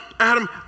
Adam